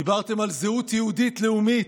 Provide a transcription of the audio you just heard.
דיברתם על זהות יהודית לאומית.